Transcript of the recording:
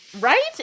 Right